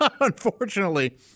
unfortunately